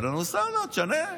אהלן וסהלן, תשנה.